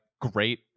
great